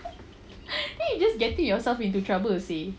then you just getting yourself into trouble seh